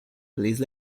please